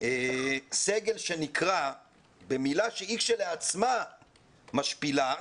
סגל שנקרא במילה שהיא כשלעצמה משפילה,